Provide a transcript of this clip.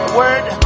word